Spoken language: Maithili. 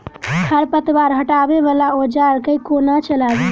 खरपतवार हटावय वला औजार केँ कोना चलाबी?